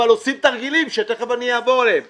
אבל עושים תרגילים, שתכף אני אעבור עליהם